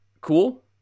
cool